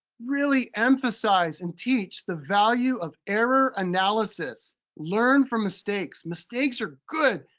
really emphasize and teach the value of error analysis. learn from mistakes. mistakes are good.